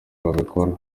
babikora